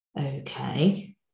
Okay